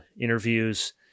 interviews